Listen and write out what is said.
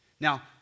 Now